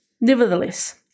Nevertheless